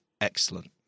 excellent